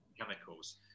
chemicals